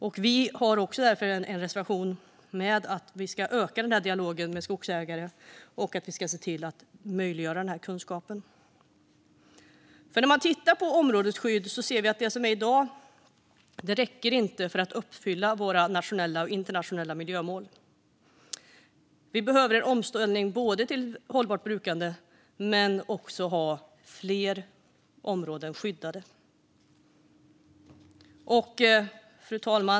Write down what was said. Därför har Miljöpartiet en reservation om att öka dialogen med skogsägare och se till att möjliggöra denna kunskap. När man tittar på områdesskydd ser man att det som finns i dag inte räcker för att uppfylla våra nationella och internationella miljömål. Vi behöver en omställning till ett hållbart brukande, men vi behöver också ha fler områden skyddade. Fru talman!